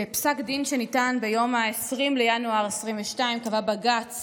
בפסק דין שניתן ביום 20 בינואר 2022 קבע בג"ץ